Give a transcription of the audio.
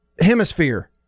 hemisphere